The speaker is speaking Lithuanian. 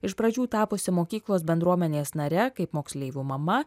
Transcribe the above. iš pradžių tapusi mokyklos bendruomenės nare kaip moksleivių mama